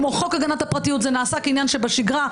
כמו חוק הגנת הפרטיות זה נעשה כעניין שבשגרה,